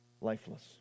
lifeless